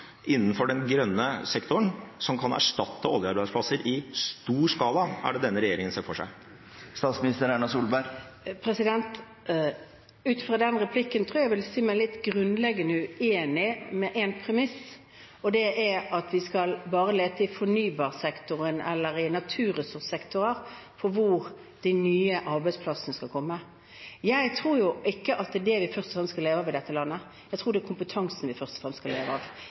innenfor den grønne sektoren, som kan erstatte oljearbeidsplasser i stor skala, ser denne regjeringen for seg? Ut fra den replikken tror jeg at jeg vil si meg grunnleggende uenig i en premiss – at vi bare skal lete i fornybarsektoren eller bare i naturressurssektorer etter hvor de nye arbeidsplassene skal komme. Jeg tror ikke at det er det vi først og fremst skal leve av i dette landet. Jeg tror det er kompetansen vi først og fremst skal leve av.